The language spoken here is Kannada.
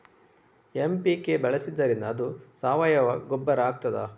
ಎಂ.ಪಿ.ಕೆ ಬಳಸಿದ್ದರಿಂದ ಅದು ಸಾವಯವ ಗೊಬ್ಬರ ಆಗ್ತದ?